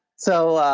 so, ah